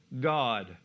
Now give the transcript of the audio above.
God